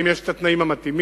אם יש תנאים מתאימים.